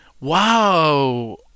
Wow